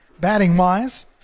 Batting-wise